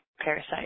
parasite